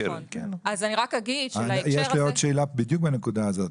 יש לי עוד שאלה בדיוק בנקודה הזאת,